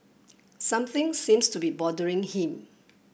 something seems to be bothering him